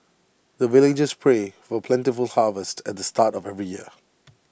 the villagers pray for plentiful harvest at the start of every year